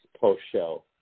post-show